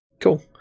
Cool